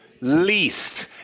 least